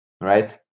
Right